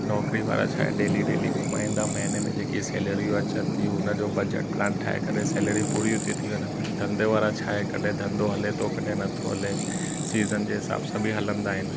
नौकिरी वारा छा आहे डेली डेली कमाईंदा महीने में जेकी सैलेरियूं अचनि थियूं उनजो बजट प्लान ठाहे करे सैलेरी पूरियूं थियूं थी वञनि धंधे वारा छा आहे की कॾहिं धंधो हले थो कॾहिं न थो हले सीज़न जे हिसाब सां बि हलंदा आहिनि